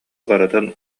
барытын